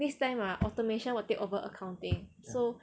next time ah automation will take over accounting so